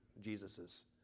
Jesus's